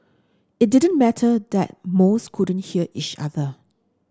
it didn't matter that most couldn't hear each other